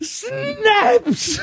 snaps